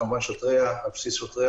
כמובן על בסיס שוטריה,